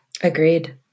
Agreed